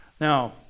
Now